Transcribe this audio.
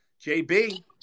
jb